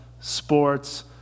sports